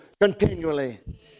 continually